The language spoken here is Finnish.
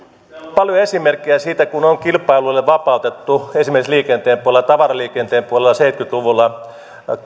paljon esimerkkejä siitä kun on kilpailulle vapautettu esimerkiksi tavaraliikenteen puolella seitsemänkymmentä luvulla